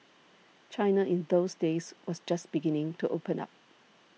China in those days was just beginning to open up